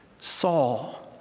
Saul